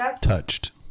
Touched